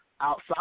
outside